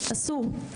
אסור.